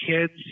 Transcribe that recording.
kids